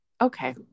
Okay